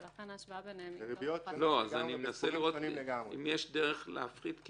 ולכן ההשוואה ביניהן --- אני מנסה לראות אם יש דרך להפחית,